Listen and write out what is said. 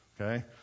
Okay